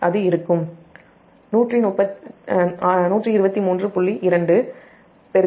8121 அது இருக்கும்